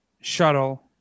shuttle